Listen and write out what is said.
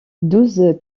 douze